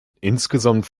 insgesamt